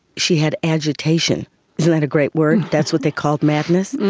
she had agitation. isn't that a great word, that's what they called madness.